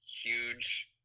Huge